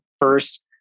first